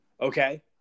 Okay